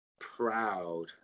proud